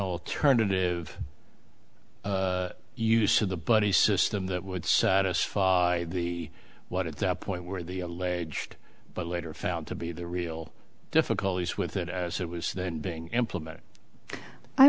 alternative use of the buddy system that would satisfy the what at that point were the alleged but later found to be the real difficulties with it as it was then being implemented i